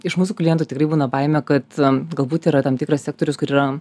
iš mūsų klientų tikrai būna baimė kad galbūt yra tam tikras sektorius kur yra